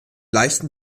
leichten